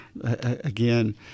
Again